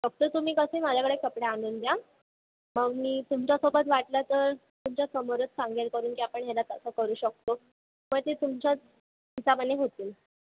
फक्त तुम्ही कसं माझ्याकडे कपडे आणून द्या मग मी तुमच्या सोबत वाटलं तर तुमच्या समोरच सांगेल करून की आपण याला असं करू शकतो मग ते तुमच्या हिशोबाने होतील